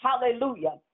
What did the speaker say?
Hallelujah